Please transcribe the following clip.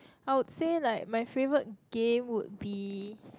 I would say like my favourite game would be